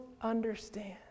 understand